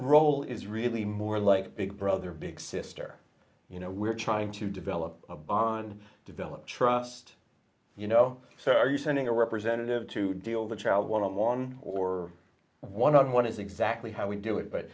role is really more like big brother big sister you know we're trying to develop a bond develop trust you know so are you sending a representative to deal the child one on one or one on one is exactly how we do it but